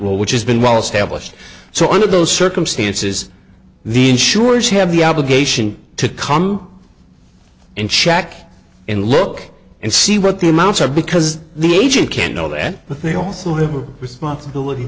will which has been well established so under those circumstances the insurers have the obligation to come in check and look and see what the amounts are because the agent can't know that but they also have her responsibility